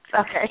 Okay